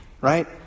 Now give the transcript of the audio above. right